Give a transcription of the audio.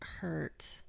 hurt